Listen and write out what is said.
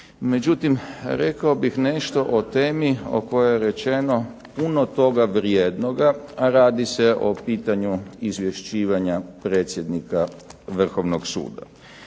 Međutim, rekao bih nešto o temi o kojoj je rečeno puno toga vrijednoga. Radi se o pitanju izvješćivanja predsjednika Vrhovnoga suda.